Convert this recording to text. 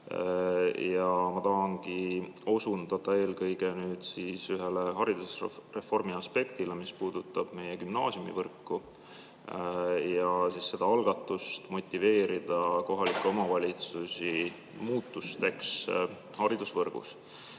Ma tahangi osundada eelkõige ühele haridusreformi aspektile, mis puudutab gümnaasiumivõrku ja seda algatust motiveerida kohalikke omavalitsusi muutuste tegemiseks haridusvõrgus.